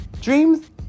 Dreams